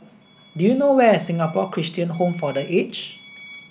do you know where is Singapore Christian Home for The Aged